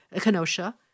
Kenosha